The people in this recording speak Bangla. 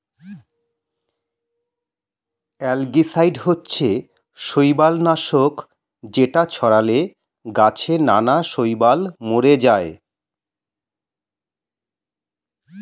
অ্যালগিসাইড হচ্ছে শৈবাল নাশক যেটা ছড়ালে গাছে নানা শৈবাল মরে যায়